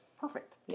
perfect